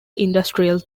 industrial